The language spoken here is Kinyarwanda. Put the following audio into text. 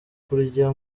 kurya